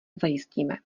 zajistíme